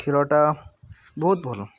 ଖେଳଟା ବହୁତ ଭଲ